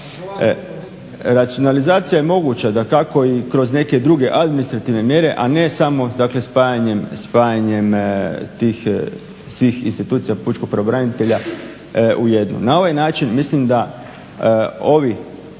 Racionalizacija je moguća dakako i kroz neke druge administrativne mjere, a ne samo dakle spajanjem tih svih institucija pučkog pravobranitelja u jednu. Na ovaj način mislim da ovi